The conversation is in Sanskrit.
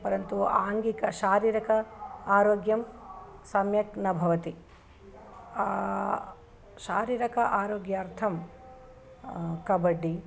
परन्तु आङ्गिकशारिरक आरोग्यं सम्यक् न भवति शारिरक आरोग्यार्थं कबड्डि